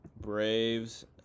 Braves